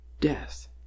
death